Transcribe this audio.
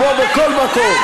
כמו בכל מקום.